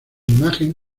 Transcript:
imagen